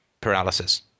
paralysis